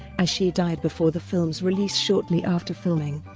as she died before the film's release shortly after filming.